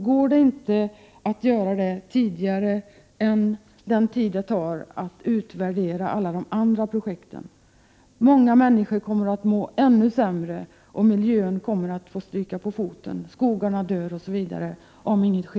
Går det inte att åstadkomma detta på kortare tid än den tid som det tar att utvärdera de övriga projekten? Om inget sker snabbt kommer många människor att må ännu sämre och miljön kommer att få stryka på foten, skogarna dör osv.